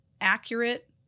accurate